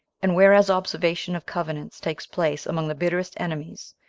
and whereas observation of covenants takes place among the bitterest enemies,